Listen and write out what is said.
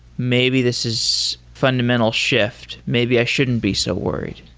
maybe this is fundamental shift. maybe i shouldn't be so worried.